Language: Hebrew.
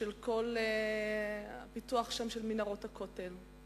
את כל הפיתוח של מנהרות הכותל,